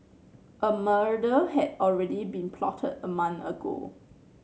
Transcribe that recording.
a murder had already been plotted a month ago